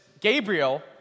Gabriel